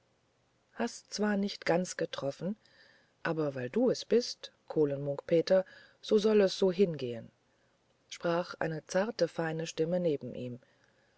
hast's zwar nicht ganz getroffen aber weil du es bist kohlen munk peter so soll es so hingehen sprach eine zarte feine stimme neben ihm